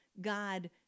God